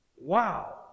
Wow